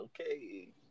Okay